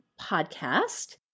podcast